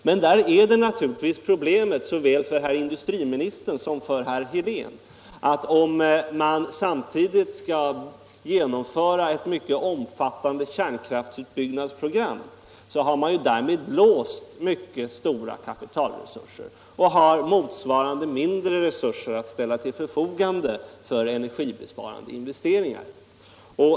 Men där är naturligtvis problemet såväl för industriministern som för herr Helén. Om man samtidigt skall genomföra ett mycket omfattande kärnkraftsutbyggnadsprogram har man därmed låst mycket stora kapitalresurser och har motsvarande mindre resurser att ställa till förfogande för energibesparande investeringar.